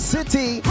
City